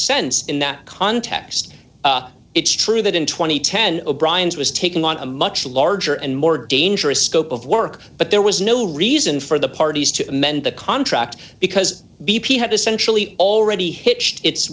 sense in that context it's true that in two thousand and ten o'briens was taking on a much larger and more dangerous scope of work but there was no reason for the parties to amend the contract because b p had essentially already hitched it